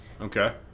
Okay